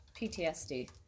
PTSD